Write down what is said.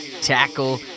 Tackle